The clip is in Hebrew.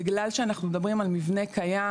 בגלל שאנחנו מדברים על מבנה קיים,